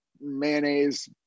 mayonnaise